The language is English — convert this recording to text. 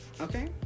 okay